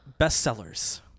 bestsellers